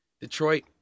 Detroit